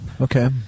Okay